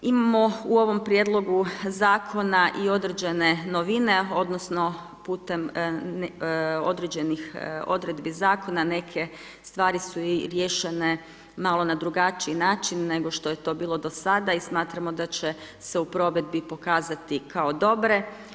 Imamo u ovom prijedlogu zakona i određene novine, odnosno putem određenih odredbi zakona, neke stvari su i rješenje malo na drugačiji način nego što je to bilo do sada i smatramo da će se u provedbi pokazati kao dobre.